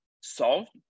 solved